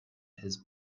his